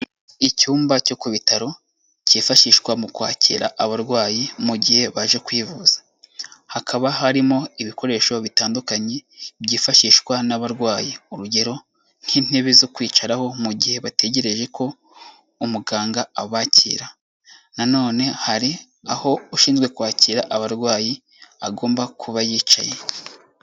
Icyumba cyo ku bitaro, cyifashishwa mu kwakira abarwayi, mu gihe baje kwivuza, hakaba harimo ibikoresho bitandukanye byifashishwa n'abarwayi, urugero nk'intebe zo kwicaraho mu gihe bategereje ko umuganga abakira, nanone hari aho ushinzwe kwakira abarwayi agomba kuba yicaye.